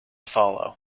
follow